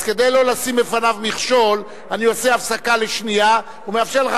אז כדי לא לשים בפניו מכשול אני עושה הפסקה לשנייה ומאפשר לך,